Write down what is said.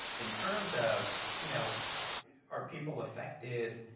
in terms of you know are people affected,